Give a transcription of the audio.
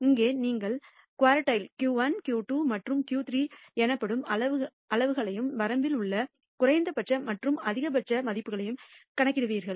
இங்கே நீங்கள் குர்டில் Q1 Q2 மற்றும் Q3 எனப்படும் அளவுகளையும் வரம்பில் உள்ள குறைந்தபட்ச மற்றும் அதிகபட்ச மதிப்புகளையும் கணக்கிடுவீர்கள்